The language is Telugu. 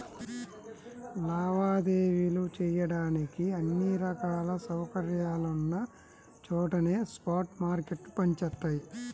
లావాదేవీలు చెయ్యడానికి అన్ని రకాల సౌకర్యాలున్న చోటనే స్పాట్ మార్కెట్లు పనిచేత్తయ్యి